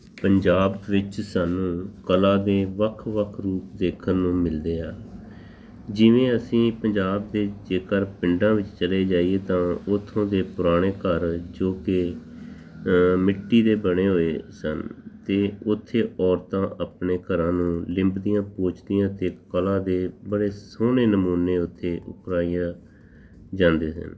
ਪੰਜਾਬ ਵਿੱਚ ਸਾਨੂੰ ਕਲਾ ਦੇ ਵੱਖ ਵੱਖ ਰੂਪ ਦੇਖਣ ਨੂੰ ਮਿਲਦੇ ਆ ਜਿਵੇਂ ਅਸੀਂ ਪੰਜਾਬ ਦੇ ਜੇਕਰ ਪਿੰਡਾਂ ਵਿੱਚ ਚਲੇ ਜਾਈਏ ਤਾਂ ਉੱਥੋਂ ਦੇ ਪੁਰਾਣੇ ਘਰ ਜੋ ਕਿ ਮਿੱਟੀ ਦੇ ਬਣੇ ਹੋਏ ਸਨ ਤੇ ਉੱਥੇ ਔਰਤਾਂ ਆਪਣੇ ਘਰਾਂ ਨੂੰ ਲਿੰਬ ਦੀਆਂ ਪੋਚਦੀਆਂ ਤੇ ਕਲਾ ਦੇ ਬੜੇ ਸੋਹਣੇ ਨਮੂਨੇ ਉਥੇ ਉਤਰਾਈਆਂ ਜਾਂਦੇ ਹਨ